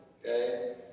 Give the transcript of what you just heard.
Okay